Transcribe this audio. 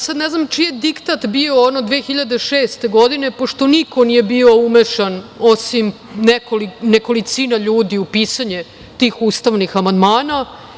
Sada ne znam čiji je diktat bio ono 2006. godine pošto niko nije bio umešan osim nekolicine ljudi u pisanje tih ustavnih amandmana.